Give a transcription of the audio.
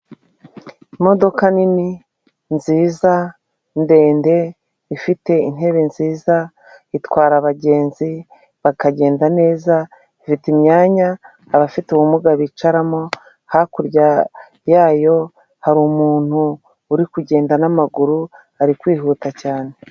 Imodoka nini nziza ndende ifite intebe nziza itwara abagenzi bakagenda neza ifite imyanya abafite ubumuga bicaramo hakurya yayo hari umuntu uri kugenda n'amaguru ari kwihuta cyane.